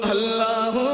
Allah